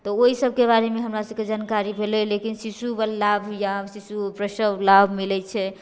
तऽ ओहिसबके बारेमे हमरा सबके जानकारी भेलै लेकिन शिशु लाभ या शिशु प्रसव लाभ मिलै छै